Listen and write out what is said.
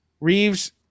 Reeves